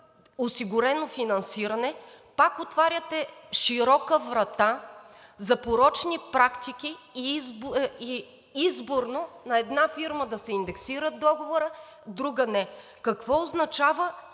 осигурено финансиране, пак отваряте широка врата за порочни практики и изборно на една фирма да се индексира договорът, на друга не. Какво означава